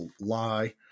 lie